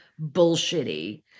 bullshitty